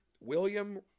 William